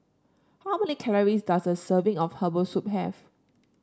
how many calories does a serving of Herbal Soup have